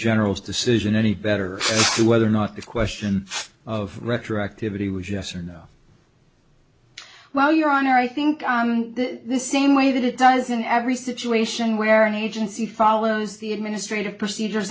general's decision any better whether or not the question of retroactivity was yes or no well your honor i think the same way that it does in every situation where an agency follows the administrative procedures